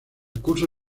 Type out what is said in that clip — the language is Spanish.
curso